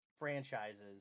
franchises